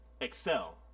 excel